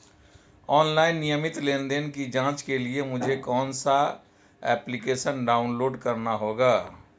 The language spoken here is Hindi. ऑनलाइन नियमित लेनदेन की जांच के लिए मुझे कौनसा एप्लिकेशन डाउनलोड करना होगा?